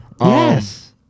Yes